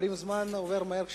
אומרים שזמן עובר מהר כשנהנים.